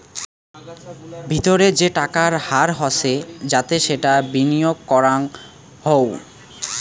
ভিতরে যে টাকার হার হসে যাতে সেটা বিনিয়গ করাঙ হউ